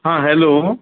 hello